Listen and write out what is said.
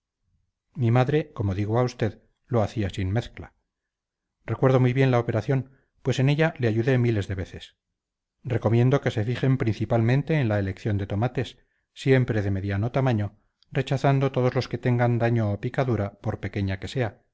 mi madre como digo a usted lo hacía sin mezcla recuerdo muy bien la operación pues en ella le ayudé miles de veces recomiendo que se fijen principalmente en la elección de tomates siempre de mediano tamaño rechazando todos los que tengan daño o picadura por pequeña que sea